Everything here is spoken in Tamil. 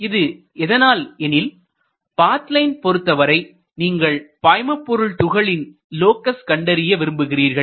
இது எதனால் எனில் பாத் லைன் பொறுத்தவரை நீங்கள் பாய்மபொருள் துகளின் லோக்கஸ் கண்டறிய விரும்புகிறீர்கள்